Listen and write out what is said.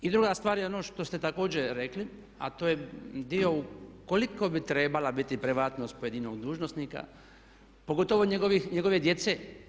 I druga stvar je ono što ste također rekli a to je dio koliko bi trebala biti privatnost pojedinog dužnosnika, pogotovo njegove djece?